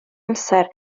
amser